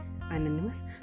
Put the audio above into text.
Anonymous